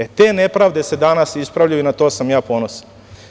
E, te nepravde se danas ispravljaju na to sam ja ponosan.